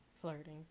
flirting